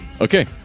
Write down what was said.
okay